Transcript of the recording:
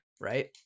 right